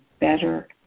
better